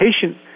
patient